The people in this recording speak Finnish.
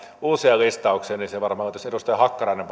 uusia listauksia niin sieltä sitten varmaan löytyisi edustaja hakkarainen